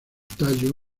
tallo